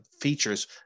features